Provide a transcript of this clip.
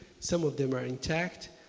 some of them are intact.